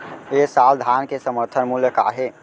ए साल धान के समर्थन मूल्य का हे?